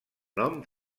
nom